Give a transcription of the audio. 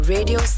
Radio